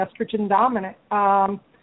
estrogen-dominant